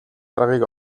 аргыг